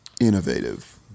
innovative